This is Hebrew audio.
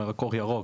לא רק אור ירוק,